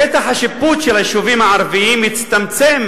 שטח השיפוט של היישובים הערביים הצטמצם